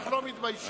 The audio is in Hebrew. אנחנו לא מתביישים.